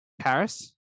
paris